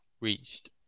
reached